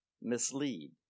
mislead